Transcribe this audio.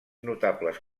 notables